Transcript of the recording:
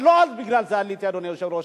אבל לא רק בגלל זה, אדוני היושב-ראש,